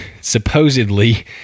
Supposedly